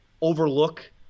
overlook